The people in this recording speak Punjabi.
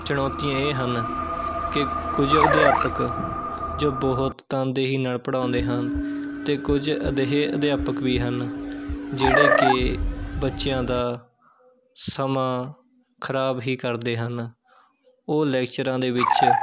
ਚੁਣੌਤੀਆਂ ਇਹ ਹਨ ਕਿ ਕੁਝ ਅਧਿਆਪਕ ਜੋ ਬਹੁਤ ਤਨਦੇਹੀ ਨਾਲ਼ ਪੜ੍ਹਾਉਂਦੇ ਹਨ ਅਤੇ ਕੁਝ ਅਜਿਹੇ ਅਧਿਆਪਕ ਵੀ ਹਨ ਜਿਹੜੇ ਕਿ ਬੱਚਿਆਂ ਦਾ ਸਮਾਂ ਖ਼ਰਾਬ ਹੀ ਕਰਦੇ ਹਨ ਉਹ ਲੈਕਚਰਾਂ ਦੇ ਵਿੱਚ